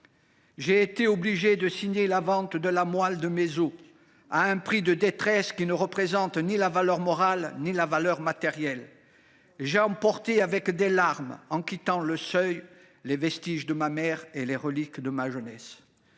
J’ai été obligé de signer la vente de la moelle de mes os […] à un prix de détresse qui ne représente ni la valeur morale ni la valeur matérielle. J’ai emporté avec des larmes, en quittant le seuil, les vestiges de ma mère et les reliques de ma jeunesse.